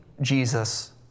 Jesus